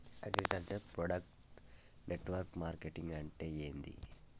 Agriculture product network marketing అంటే ఏంది?